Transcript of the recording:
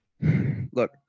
look